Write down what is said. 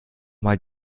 mal